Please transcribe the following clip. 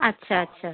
আচ্ছা আচ্ছা